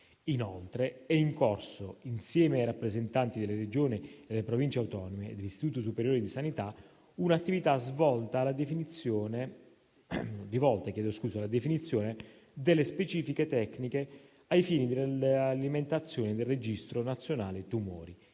Inoltre, è in corso, insieme ai rappresentanti delle Regioni e delle Province autonome e dell'Istituto superiore di sanità, una attività rivolta alla definizione delle specifiche tecniche ai fini dell'alimentazione del registro nazionale tumori.